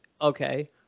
Okay